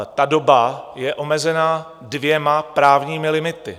Ta doba je omezena dvěma právními limitami.